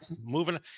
moving